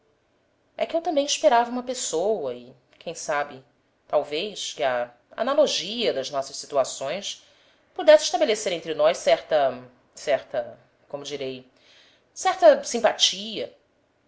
é que eu também esperava uma pessoa e quem sabe talvez que a analogia das nossas situações pudesse estabelecer entre nós certa certa como direi certa simpatia